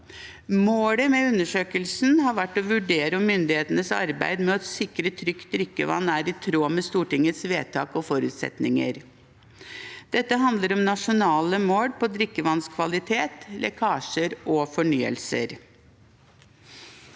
Målet med undersøkelsen har vært å vurdere om myndighetenes arbeid med å sikre trygt drikkevann er i tråd med Stortingets vedtak og forutsetninger. Dette handler om nasjonale mål for drikkevannskvalitet, lekkasjer og fornyelse.